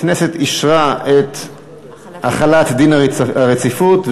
הכנסת אישרה את החלת דין הרציפות,